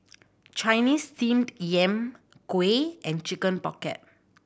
Chinese Steamed Yam kuih and Chicken Pocket